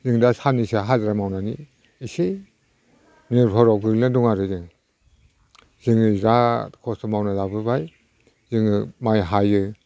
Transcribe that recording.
जों दा साननैसो हाजिरा मावनानै एसे निर्भराव गोग्लैनानै दं आरो जों जोङो जा खस्थ' मावनानै जाबोबाय जोङो माइ हायो